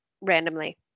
randomly